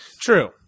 True